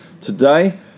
today